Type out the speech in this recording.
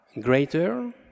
greater